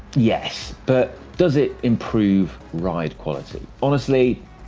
yes, but does it improve ride quality? honestly,